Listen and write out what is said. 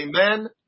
Amen